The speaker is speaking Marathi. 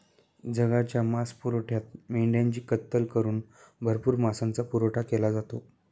जगाच्या मांसपुरवठ्यात मेंढ्यांची कत्तल करून भरपूर मांसाचा पुरवठा केला जातो